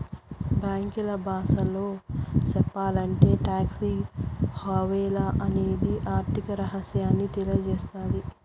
బ్యాంకీల బాసలో సెప్పాలంటే టాక్స్ హావెన్ అనేది ఆర్థిక రహస్యాన్ని తెలియసేత్తది